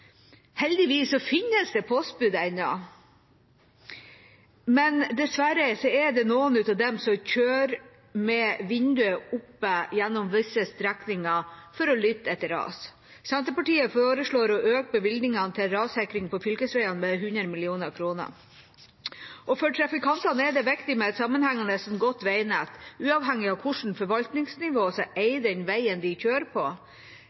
Heldigvis finnes det postbud ennå, men dessverre er det noen av dem som kjører med vinduet åpent på visse strekninger for å lytte etter ras. Senterpartiet foreslår å øke bevilgningene til rassikring på fylkesveier med 100 mill. kr. For trafikantene er det viktig med et sammenhengende godt veinett, uavhengig av hvilket forvaltningsnivå som eier den veien de kjører på.